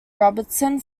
robertson